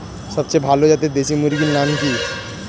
সবচেয়ে ভালো জাতের দেশি মুরগির নাম কি?